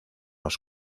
los